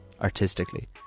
artistically